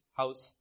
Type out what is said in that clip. house